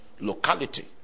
locality